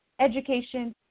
education